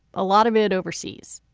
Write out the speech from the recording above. a lot of it overseas.